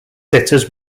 sitters